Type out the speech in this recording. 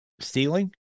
Stealing